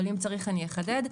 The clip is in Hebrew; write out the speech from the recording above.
אבל אם צריך אחדד,